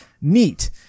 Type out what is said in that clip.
Neat